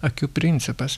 akių principas